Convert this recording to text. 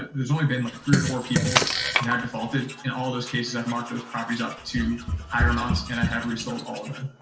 there's only been like three or four people who have defaulted. in all those cases i've marked those properties up to higher amounts and i have resold all of them.